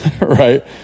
right